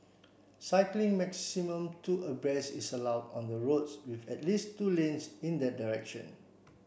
cycling maximum two abreast is allowed on the roads with at least two lanes in that direction